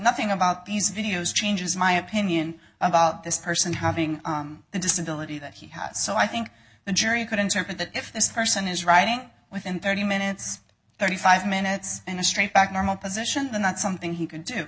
nothing about these videos changes my opinion about this person having the disability that he had so i think the jury could interpret that if this person is writing within thirty minutes thirty five minutes in a straight back normal position the not something he could do